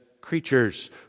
creatures